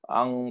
ang